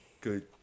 good